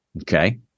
Okay